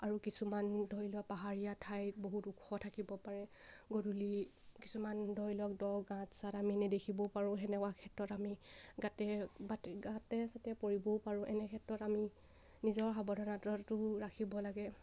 আৰু কিছুমান ধৰি লওক পাহাৰীয়া ঠাইত বহুত ওখ থাকিব পাৰে গধূলি কিছুমান ধৰি লওক দ গা চাত আমি নেদেখিবও পাৰোঁ সেনেকুৱা ক্ষেত্ৰত আমি গাতে বাটে গাতে চাতে পৰিবও পাৰোঁ এনে ক্ষেত্ৰত আমি নিজৰ সাৱধানতাটো ৰাখিব লাগে